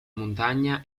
montagna